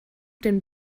den